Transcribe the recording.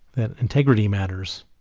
that integrity matters